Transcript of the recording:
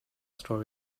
story